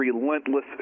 relentless